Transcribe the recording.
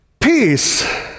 peace